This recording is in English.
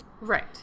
Right